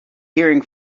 hearing